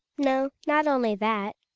no, not only that.